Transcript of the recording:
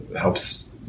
helps